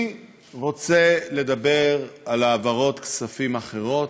אני רוצה לדבר על העברות כספים אחרות,